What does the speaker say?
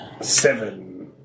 Seven